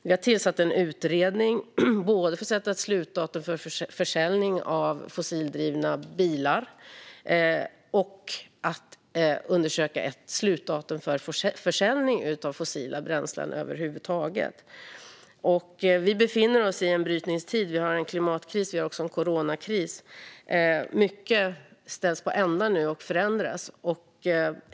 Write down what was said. Vi har tillsatt en utredning för att sätta ett slutdatum för försäljning av fossildrivna bilar och för försäljning av fossila bränslen över huvud taget. Vi befinner oss i en brytningstid. Vi har en klimatkris, och vi har också en coronakris. Mycket ställs på ända nu och förändras.